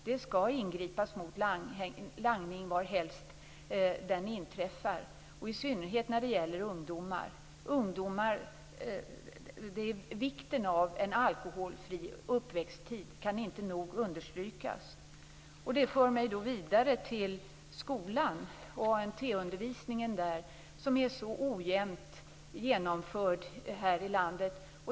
Det skall ingripas mot langning varhelst den inträffar, i synnerhet när det gäller ungdomar. Vikten av en alkoholfri uppväxttid kan inte nog understrykas. Det för mig vidare till skolan och ANT undervisningen, som är så ojämnt genomförd här i landet.